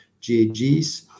GAGs